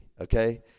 Okay